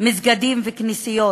בתוך המדינה, מסגדים וכנסיות,